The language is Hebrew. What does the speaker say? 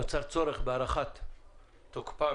נוצר צורך בהארכת תוקפה